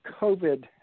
COVID